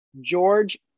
George